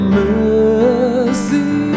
mercy